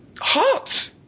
hot